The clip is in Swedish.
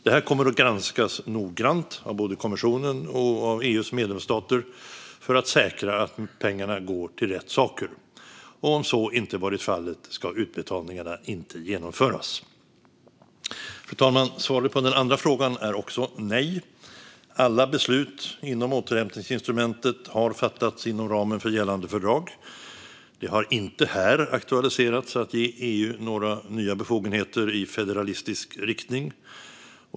Detta kommer att granskas noggrant, av både kommissionen och EU:s medlemsstater, för att säkra att pengarna går till rätt saker. Om så inte varit fallet ska utbetalningarna inte genomföras. Fru talman! Svaret på den andra frågan är också nej. Alla beslut kring återhämtningsinstrumentet har fattats inom ramen för gällande fördrag. Det har inte här aktualiserats att ge EU några nya befogenheter i federalistisk riktning.